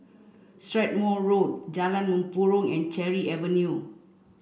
Strathmore Road Jalan Mempurong and Cherry Avenue